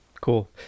Cool